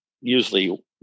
usually